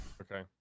Okay